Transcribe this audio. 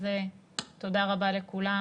תודה רבה לכולם.